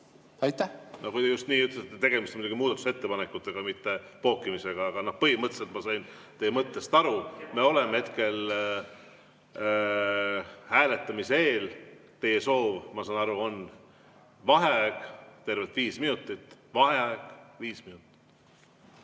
e a e g Kui te just nii ütlete. Tegemist on muidugi muudatusettepanekutega, mitte pookimisega, aga no põhimõtteliselt ma sain teie mõttest aru. Me oleme hetkel hääletamise eel. Teie soov, ma saan aru, on vaheaeg, tervelt viis minutit. Vaheaeg viis minutit.